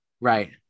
right